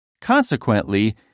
Consequently